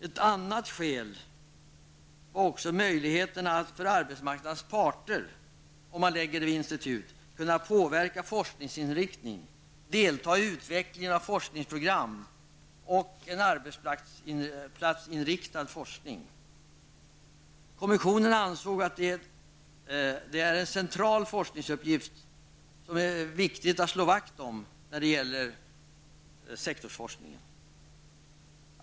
Ett annat skäl var möjligheterna för arbetsmarknadens parter, om verksamheten förläggs till en institution, att påverka forskningsinriktningen och delta i utvecklingen av forskningsprogram och den arbetsplatsinriktade forskningsverksamheten. Kommissionen ansåg att det är en central forskningspolitisk uppgift att slå vakt om sektorsforskningen inom detta område.